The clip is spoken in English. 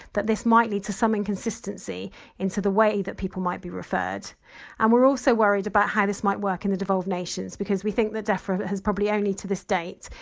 that this might lead to some inconsistency into the way that people might be referred and we're also worried about how this might work in the devolved nations because we think that defra has probably only, to this date,